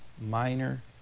minor